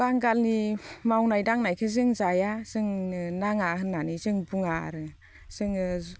बांगालनि मावनाय दांनायखौ जों जाया जोंनो नाङा होननानै जों बुङा आरो जोङो